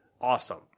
awesome